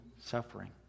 suffering